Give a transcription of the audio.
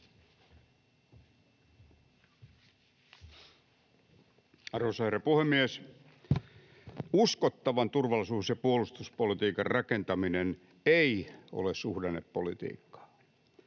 Arvoisa herra puhemies! Uskottavan turvallisuus- ja puolustuspolitiikan rakentaminen ei ole suhdannepolitiikkaa.